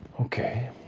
Okay